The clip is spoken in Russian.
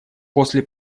после